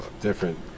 different